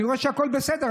אני רואה שהכול בסדר,